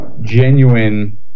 genuine